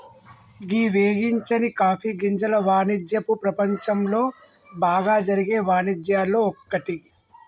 గీ వేగించని కాఫీ గింజల వానిజ్యపు ప్రపంచంలో బాగా జరిగే వానిజ్యాల్లో ఒక్కటి